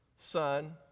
Son